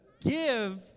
give